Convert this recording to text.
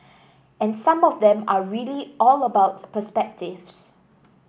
and some of them are really all about perspectives